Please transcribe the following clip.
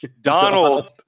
Donald